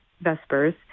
Vespers